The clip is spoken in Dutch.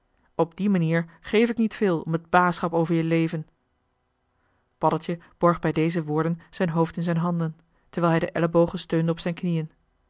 op die manier geef ik niet veel om het baasschap over je leven paddeltje borg bij deze woorden zijn hoofd in zijn handen terwijl hij de ellebogen steunde op zijn knieën